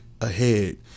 ahead